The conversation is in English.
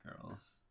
girls